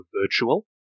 virtual